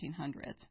1800s